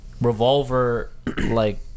revolver-like